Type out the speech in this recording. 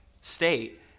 state